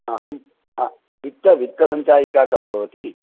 अहं वित्त वित्तसञ्चायिका खलु भवति